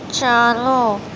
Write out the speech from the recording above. چالو